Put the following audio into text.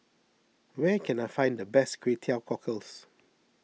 where can I find the best Kway Teow Cockles